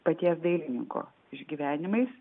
paties dailininko išgyvenimais